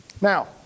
Now